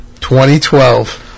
2012